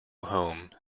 home